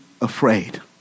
afraid